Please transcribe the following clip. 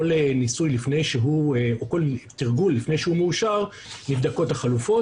כל ניסוי או כל תרגול לפני שהוא מאושר נבדקות החלופות